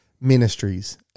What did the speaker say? ministries